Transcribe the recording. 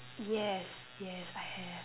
yes yes I have